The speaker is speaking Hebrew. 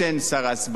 שר ההסברה,